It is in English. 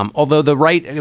um although the right,